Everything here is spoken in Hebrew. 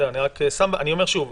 שוב,